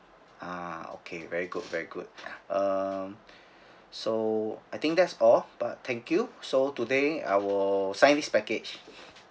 ah okay very good very good uh so I think that's all but thank you so today I will sign this package